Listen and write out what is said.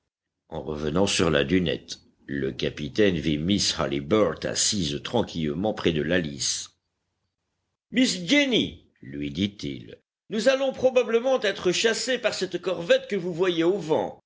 en revenant sur la dunette le capitaine vit miss halliburtt assise tranquillement près de la lisse miss jenny lui dit-il nous allons probablement être chassés par cette corvette que vous voyez au vent